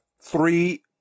three